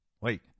Wait